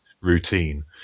routine